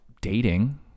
dating